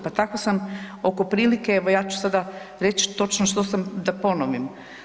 Pa tako sam oko prilike, evo ja ću sada reći točno što sam, da ponovim.